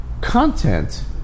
content